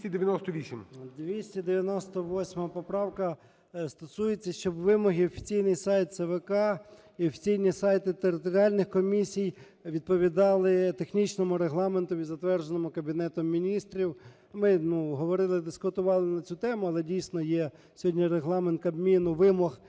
298 поправка стосується, щоб вимоги… офіційний сайт ЦВК і офіційні сайти територіальних комісій відповідали технічному регламентові, затвердженому Кабінетом Міністрів. Ми, ну, говорили, дискутували на цю тему, але дійсно є сьогодні регламент Кабміну вимог